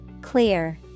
Clear